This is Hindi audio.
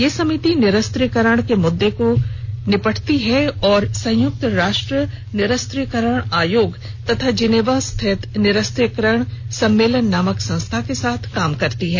यह समिति निरस्त्रीकरण के मुद्दे से निपटती है और संयुक्त राष्ट्र निरस्त्रीकरण आयोग और जिनेवा स्थित निरस्त्रीकरण सम्मेलन नामक संस्था के साथ काम करती है